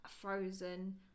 Frozen